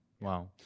Wow